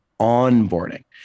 onboarding